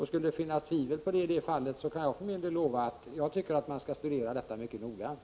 Skulle det finnas tvivel om detta, så tycker jag för min del att man skall studera detta mycket noggrant.